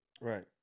Right